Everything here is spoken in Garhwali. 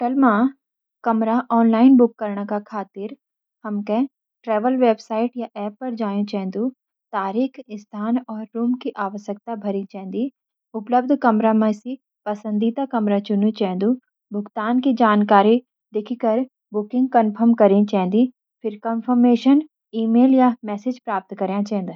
होटल का कमरा ऑनलाइन बुक करने क खातिर: हमके ट्रैवल वेबसाइट या ऐप पर जायूं चेंदू। तारीखें, स्थान और रूम की आवश्यकता भरी चेंदी। उपलब्ध कमरों में से पसंदीदा कमरा चुन्यू चेंदू। भुगतान की जानकारी डालकर बुकिंग कंफर्म करी चेन्दी। कंफर्मेशन ईमेल या मैसेज प्राप्त करया चैनदान।